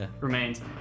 remains